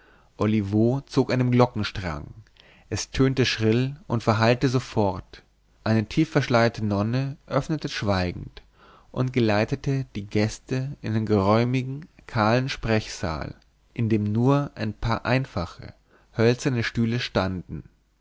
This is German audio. olivo zog an dem glockenstrang es tönte schrill und verhallte sofort eine tiefverschleierte nonne öffnete schweigend und geleitete die gäste in den geräumigen kahlen sprechsaal in dem nur ein paar einfache hölzerne stühle standen